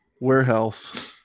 Warehouse